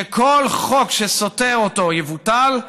שכל חוק שסותר אותו יבוטל,